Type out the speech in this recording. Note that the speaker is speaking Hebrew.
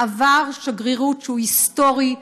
מעבר שגרירות שהוא היסטורי,